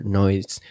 noise